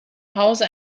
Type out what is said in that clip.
hause